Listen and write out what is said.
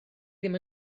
ddim